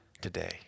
today